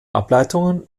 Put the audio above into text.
ableitungen